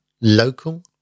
local